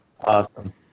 Awesome